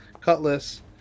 cutlass